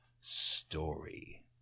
Story